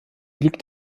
liegt